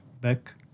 back